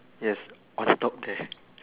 yes on top there